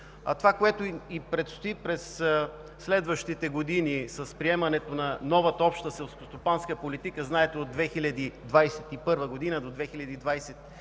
това, което предстои през следващите години с приемането на новата Обща селскостопанска политика – знаете, от 2021 г. до 2027 г.